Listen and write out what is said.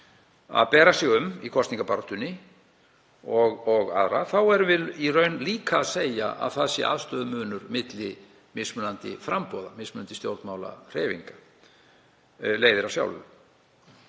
að bera sig um í kosningabaráttunni erum við í raun líka að segja að aðstöðumunur sé milli mismunandi framboða, mismunandi stjórnmálahreyfinga. Það leiðir af sjálfu.